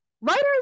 writers